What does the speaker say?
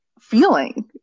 feeling